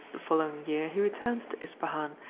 the following year he returns to ispahan,